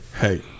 Hey